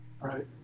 Right